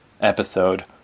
episode